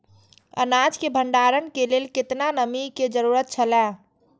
अनाज के भण्डार के लेल केतना नमि के जरूरत छला?